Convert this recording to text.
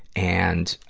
and,